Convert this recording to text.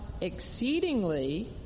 exceedingly